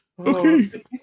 Okay